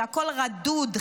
שהכול רדוד,